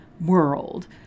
world